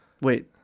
Wait